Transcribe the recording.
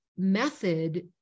Method